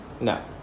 No